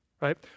Right